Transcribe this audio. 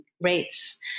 rates